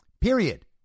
Period